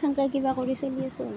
সেনেকেই কিবা কৰি চলি আছোঁ আৰু